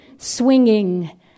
Swinging